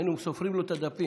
היינו סופרים לו את הדפים.